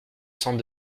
cent